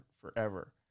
forever